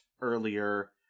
earlier